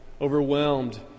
overwhelmed